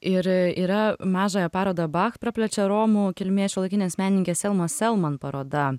ir yra mažąją parodą bacht praplečia romų kilmės šiuolaikinės menininkės selmos selman paroda